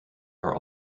are